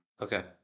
Okay